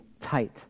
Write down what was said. tight